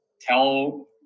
tell